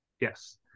Yes